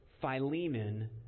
Philemon